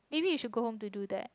maybe you should go home to do that